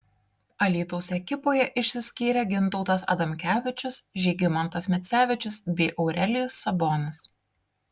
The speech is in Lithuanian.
alytaus ekipoje išsiskyrė gintautas adamkevičius žygimantas micevičius bei aurelijus sabonis